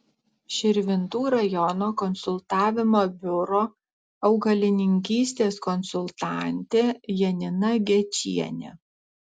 širvintų rajono konsultavimo biuro augalininkystės konsultantė janina gečienė